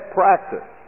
practice